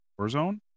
Warzone